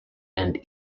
are